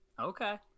Okay